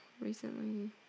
Recently